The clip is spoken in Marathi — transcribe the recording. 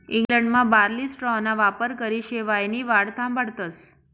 इंग्लंडमा बार्ली स्ट्राॅना वापरकरी शेवायनी वाढ थांबाडतस